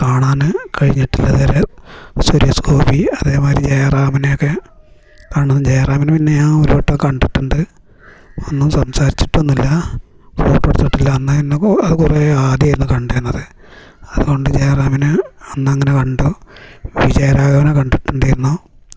പക്ഷേ കാണാൻ കഴിഞ്ഞിട്ടില്ല സുരേഷ് ഗോപി അതേമാതിരി ജയറാമിനെയൊക്കെ കാണ്ന്നും ജയറാമിനെ പിന്നെ ഞാ ഒരുവട്ടം കണ്ടിട്ടുണ്ട് ഒന്നും സംസാരിച്ചിട്ടൊന്നുല്ല ഫോട്ടോ എടുത്തിട്ടില്ല അന്ന് പിന്ന് അതു കുറെ ആദ്യമായിരുന്ന് കണ്ടിരുന്നത് അത്കൊണ്ട് ജയറാമിനെ അന്നങ്ങനെ കണ്ടു വിജയരാഘവനെ കണ്ടിട്ടുണ്ടായിരുന്നു